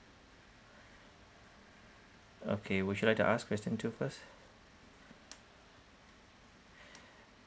okay would you like to ask question two first